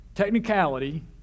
Technicality